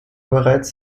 bereits